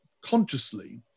consciously